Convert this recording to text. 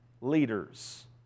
leaders